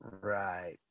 Right